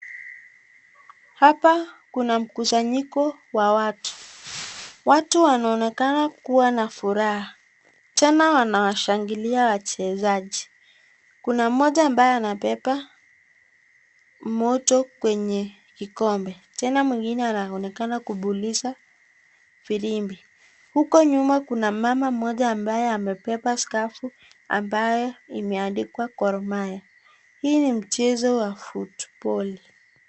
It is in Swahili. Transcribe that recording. Hapa kuna mkusanyiko wa watu. Watu wanaonekana kuwa na furaha. Tena wanawashangilia wachezaji. Kuna mmoja ambaye anabeba moto kwenye kikombe. Tena mwingine anaonekana kupuliza virimbi. Huko nyuma kuna mama ambaye amebeba skafu ambayo imeandikwa Gormahia. Hii ni mchezo wa footbball .